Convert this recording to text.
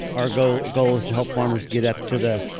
our goal goal is to help farmers get up to the.